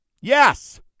Yes